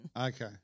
Okay